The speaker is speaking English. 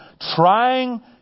Trying